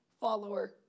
follower